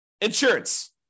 insurance